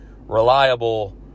reliable